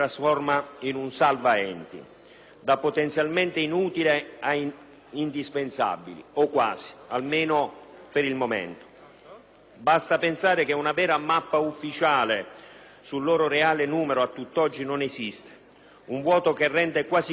da potenzialmente inutili ad indispensabili o quasi, almeno per il momento. Basta pensare che una vera mappa ufficiale sul loro reale numero a tutt'oggi non esiste, un vuoto che rende quasi complice il susseguirsi dei rinvii.